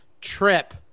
trip